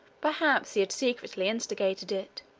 perhaps he had secretly instigated it.